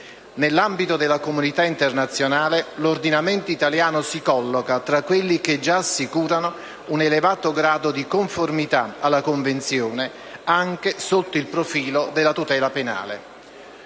Nell'ambito della comunità internazionale, l'ordinamento italiano si colloca tra quelli che già assicurano un elevato grado di conformità alla Convenzione, anche sotto il profilo della tutela penale.